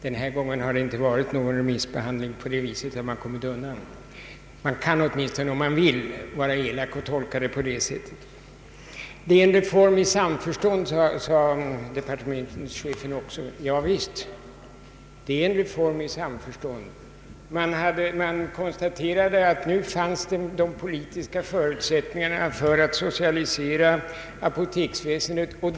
Denna gång har det inte förekommit någon remissbehandling, och på det sättet har man kommit undan. Man kan åtminstone om man vill vara elak tolka det hela på det sättet. Detta är en reform i samförstånd, sade departementschefen också. Ja visst, det är en reform i samförstånd. Man konstaterade att de politiska förutsättningarna för att socialisera apoteksväsendet förelåg.